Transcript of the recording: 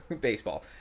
Baseball